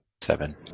Seven